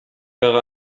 wäre